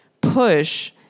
push